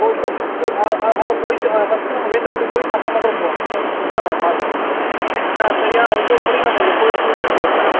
அதை அதை போயிட்டு ஃபரஸ்ட்டு நம்ம வேட்டங்குடி போயிட்டு அப்புறமா கூட போகலாம் சார் ஃபர்ஸ்ட்டு நம்ம அதை பார்த்துருவோம் சார் சரியாக ஒன்போது மணிக்கு இங்கே போயிருக்கணும் இங்கேறது எங்களோடய பிளான்னு